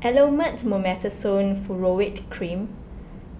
Elomet Mometasone Furoate Cream